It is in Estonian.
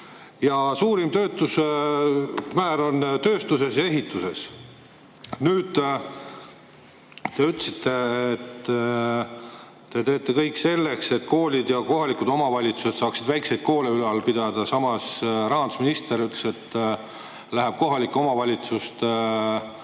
Suurim töötuse määr on tööstuses ja ehituses. Te ütlesite, et te teete kõik selleks, et kohalikud omavalitsused saaksid väikseid koole ülal pidada. Samas rahandusminister ütles, et ta läheb kohalike omavalitsuste